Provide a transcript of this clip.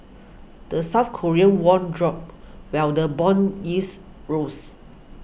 the South Korean won dropped while the bond yields rose